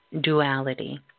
duality